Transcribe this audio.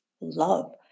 love